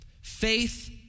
Faith